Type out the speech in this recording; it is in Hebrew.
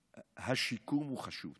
השיקום הוא חשוב.